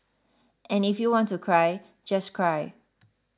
and if you want to cry just cry